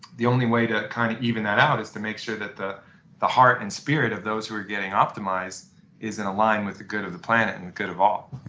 the only way to kind of even that out is to make that the the heart and spirit of those who're getting optimized is and aligned with the good of the planet and good of all